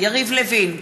יריב לוין,